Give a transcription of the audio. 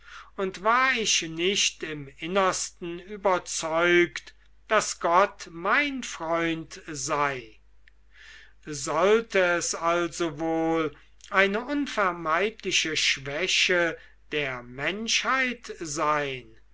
und war ich nicht im innersten überzeugt daß gott mein freund sei sollte es also wohl eine unvermeidliche schwäche der menschheit sein